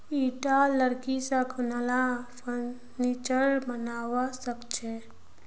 ईटा लकड़ी स कुनला फर्नीचर बनवा सख छ